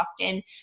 Austin